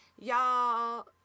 Y'all